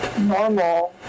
normal